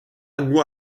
nur